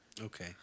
Okay